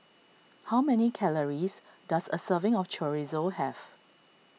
how many calories does a serving of Chorizo have